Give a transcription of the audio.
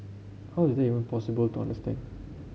how is that even possible to understand